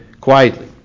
quietly